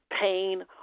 pain